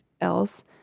else